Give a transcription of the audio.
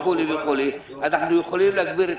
וכו' וכו' אנחנו יכולים להגביר את